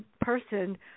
person